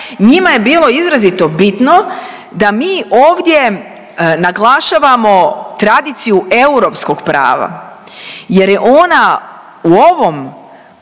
njima je bilo izrazito bitno da mi ovdje naglašavamo tradiciju europskog prava jer je ona u ovom